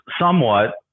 somewhat